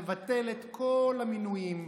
לבטל את כל המינויים,